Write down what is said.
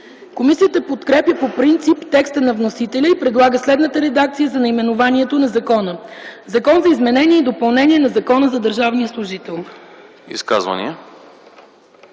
Комисията подкрепя по принцип текста на вносителя и предлага следната редакция за наименованието на закона: „Закон за изменение и допълнение на Закона за държавния служител”.